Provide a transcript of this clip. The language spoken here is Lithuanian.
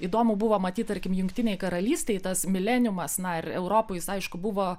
įdomu buvo matyt tarkim jungtinėj karalystėj tas mileniumas na ir europoj jis aišku buvo